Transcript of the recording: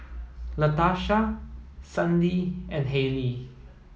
Latarsha Sandie and Haylie